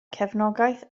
cefnogaeth